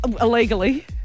Illegally